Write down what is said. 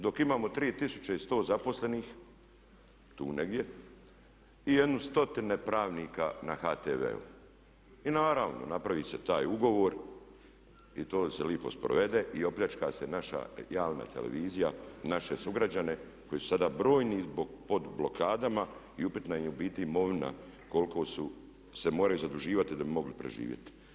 Dok imamo 3100 zaposlenih tu negdje i jedno stotine pravnika na HTV-u i naravno napravi se taj ugovor i to se lipo sprovede i opljačka se naša javna televizija, naše sugrađane koji su sada brojni pod blokadama i upitna im je u biti imovina koliko se moraju zaduživati da bi mogli preživjeti.